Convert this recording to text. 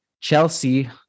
Chelsea